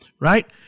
right